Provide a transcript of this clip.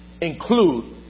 include